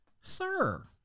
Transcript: Sir